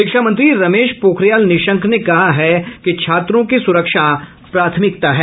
शिक्षामंत्री ने रमेश पोखरियाल निशंक ने कहा है कि छात्रों की सुरक्षा प्राथमिकता है